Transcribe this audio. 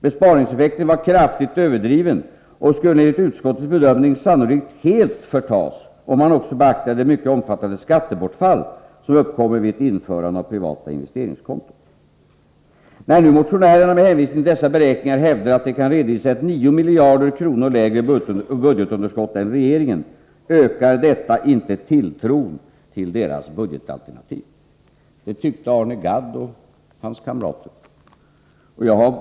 Besparingseffekten var kraftigt överdriven och skulle enligt utskottets bedömning sannolikt helt förtas, om man också beaktade det mycket omfattande skattebortfall som uppkommen vid ett införande av privata investeringskonton. ——- När motionärerna med hänvisning till dessa beräkningar hävdar att de kan redovisa ett 9 miljarder kronor lägre budgetunderskott än regeringen, ökar detta inte tilltron till deras budgetalternativ.” Det tyckte Arne Gadd och hans kamrater.